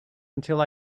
until